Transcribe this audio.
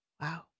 Wow